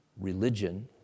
religion